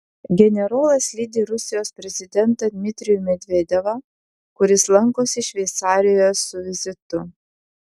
generolas lydi rusijos prezidentą dmitrijų medvedevą kuris lankosi šveicarijoje su vizitu